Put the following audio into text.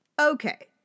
Okay